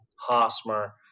Hosmer